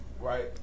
right